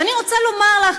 ואני רוצה לומר לך,